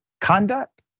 conduct